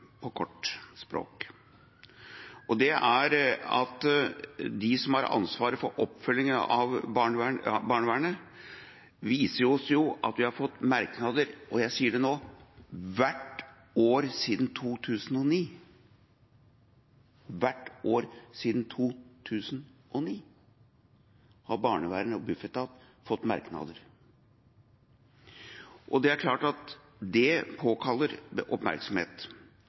De som har ansvaret for oppfølgingen av barnevernet, viser oss at vi har fått merknader – og jeg sier det nå – hvert år siden 2009. Hvert år siden 2009 har barnevernet og Bufetat fått merknader! Det er klart at det påkaller oppmerksomhet,